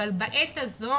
אבל בעת הזאת